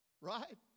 Right